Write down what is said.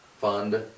fund